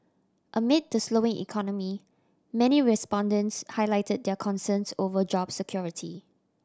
amid the slowing economy many respondents highlighted their concerns over job security